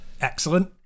excellent